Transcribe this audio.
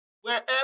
Wherever